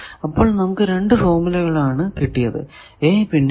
അപ്പോൾ നമുക്ക് രണ്ടു ഫോർമുലകൾ ആണ് കിട്ടിയത് a പിന്നെ b